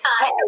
time